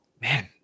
Man